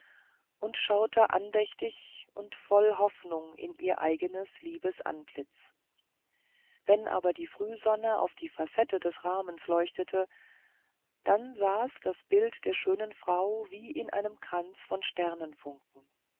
und schaute andächtig und voll hoffnung in ihr eigenes liebes antlitz wenn aber die frühsonne auf die facetten des rahmens leuchtete dann saß das bild der schönen frau wie in einem kranz von